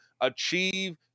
achieve